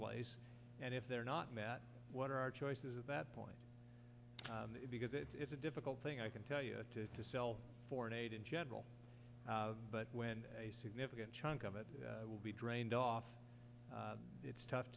place and if they're not met what are our choices at that point because it's a difficult thing i can tell you to sell foreign aid in general but when a significant chunk of it will be drained off it's tough